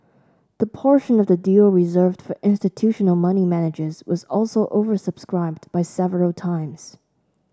the portion of the deal reserved for institutional money managers was also oversubscribed by several times